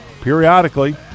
periodically